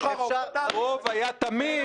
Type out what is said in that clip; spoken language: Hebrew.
רוב היה תמיד.